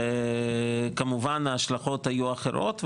וכמובן ההשלכות היו אחרות,